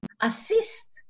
assist